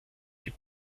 die